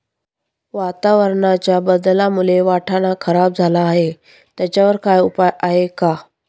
वातावरणाच्या बदलामुळे वाटाणा खराब झाला आहे त्याच्यावर काय उपाय आहे का?